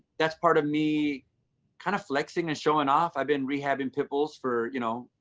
that's part of me kind of flexing and showing off. i've been rehabbing pitbulls for you know,